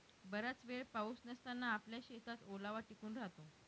बराच वेळ पाऊस नसताना आपल्या शेतात ओलावा टिकून राहतो